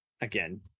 again